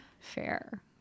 Fair